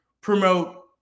promote